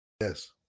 Yes